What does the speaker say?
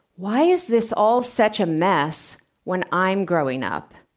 why is this all such a mess when i'm growing up?